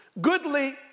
goodly